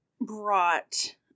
brought